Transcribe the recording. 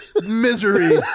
misery